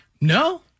No